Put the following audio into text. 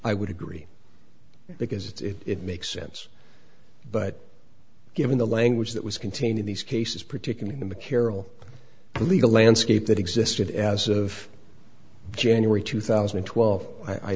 i would agree because it's it makes sense but given the language that was contained in these cases particularly in the carroll the legal landscape that existed as of january two thousand and twelve i